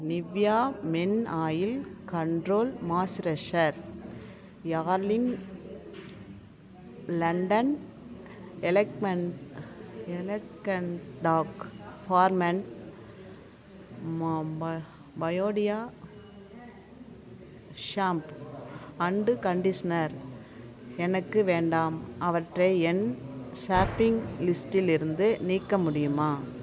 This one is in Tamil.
Nivea men oil control moisturiser யார்லிங் லண்டன் எலெக்மெண்ட் எலெகெண்ட் பாக் ஃபார் மெண்ட் ம ம பயோடியா ஷாம்ப் அண்டு கண்டிஸ்னர் எனக்கு வேண்டாம் அவற்றை என் ஷாப்பிங் லிஸ்டில் இருந்து நீக்க முடியுமா